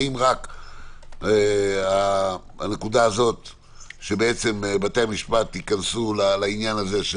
האם רק הנקודה הזו שבעם בתי המשפט ייכנסו לעניין הזה,